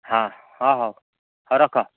ହଁ ହଁ ହଉ ହଉ ରଖ